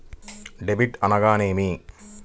Debit అనగానేమి?